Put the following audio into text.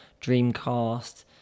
Dreamcast